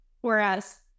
Whereas